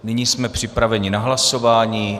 Nyní jsme připraveni na hlasování.